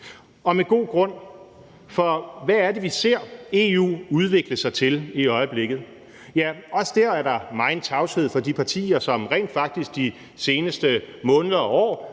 er med god grund, for hvad er det, vi ser EU udvikle sig til i øjeblikket? Også der er der meget tavshed hos de partier, som rent faktisk de seneste måneder og år